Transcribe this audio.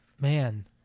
man